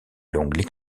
longue